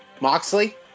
Moxley